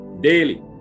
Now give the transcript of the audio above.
daily